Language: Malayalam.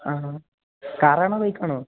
ആഹാ കാറാണോ ബൈക്കാണോ